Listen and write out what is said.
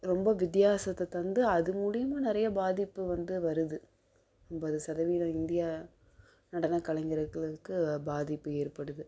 ரொம்ப வித்தியாசத்தை தந்து அது மூலியமாக நிறைய பாதிப்பு வந்து வருது ஐம்பது சதவீதம் இந்தியா நடனக் கலைஞர்களுக்கு பாதிப்பு ஏற்படுது